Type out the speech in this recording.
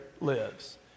lives